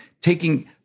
taking